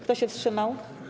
Kto się wstrzymał?